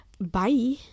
bye